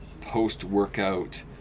post-workout